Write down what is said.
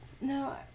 No